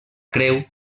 creu